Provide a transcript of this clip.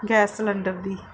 gas cylinder the